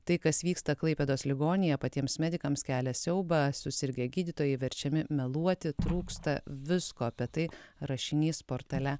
tai kas vyksta klaipėdos ligoninėje patiems medikams kelia siaubą susirgę gydytojai verčiami meluoti trūksta visko apie tai rašinys portale